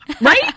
right